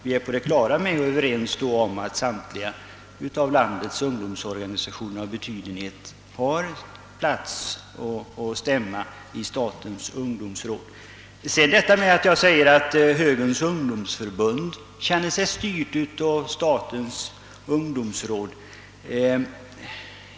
Vi är sålunda överens om att samtliga landets ungdomsorganisationer har säte och stämma i statens ungdomsråd. Jag sade att Högerns ungdomsförbund känner sig styrt av statens ungdomsråd.